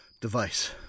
Device